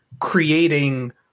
creating